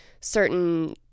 certain